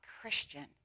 Christian